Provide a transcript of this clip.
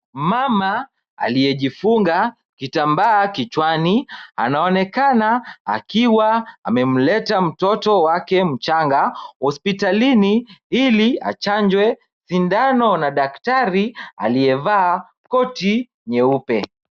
Mama aliyejifunga kitambaa kichwani, anaonekana akiwa amemleta mtoto wake mchanga hospitalini ili achanjwe sindano na daktari aliyevaa koti nyeupe.